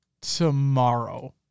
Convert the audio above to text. tomorrow